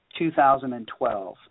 2012